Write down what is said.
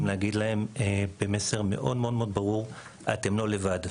להגיד להם במסר מאוד מאוד ברור: ״אתם לא לבד.